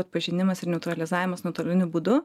atpažinimas ir neutralizavimas nuotoliniu būdu